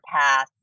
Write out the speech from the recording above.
path